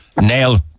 nail